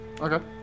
Okay